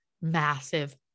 massive